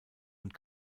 und